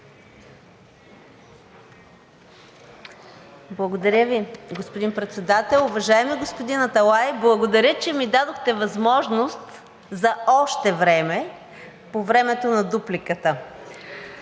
Благодаря Ви, господин Председател. Уважаеми господин Аталай, благодаря, че ми дадохте възможност за още време по времето на дупликата.